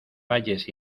valles